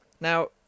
Now